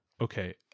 okay